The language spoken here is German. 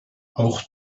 auch